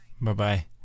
Bye-bye